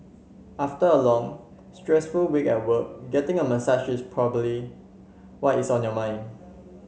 after a long stressful week at work getting a massage is probably what is on your mind